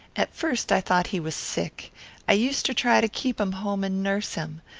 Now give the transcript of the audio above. at first i thought he was sick i used to try to keep him home and nurse him.